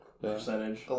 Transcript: percentage